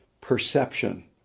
perception